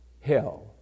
hell